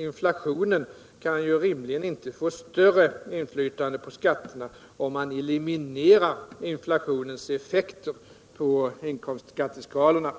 Inflationen kan ju rimligen inte få större inflytande på skatterna om man eliminerar inflationens effekter på inkomstskatteskalorna.